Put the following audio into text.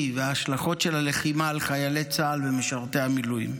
וההשלכות של הלחימה על חיילי צה"ל ומשרתי המילואים,